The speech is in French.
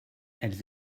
elles